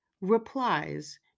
replies